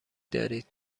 دارید